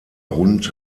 rund